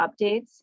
updates